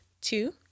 Two